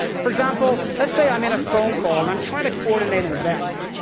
for example, let's say i'm in a phone call and i'm trying to coordinate an event.